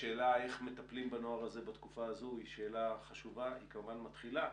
השאלה איך מטפלים בנוער הזה בתקופה הזאת היא שאלה חשובה והיא מתחילה